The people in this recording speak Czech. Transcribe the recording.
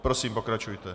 Prosím, pokračujte.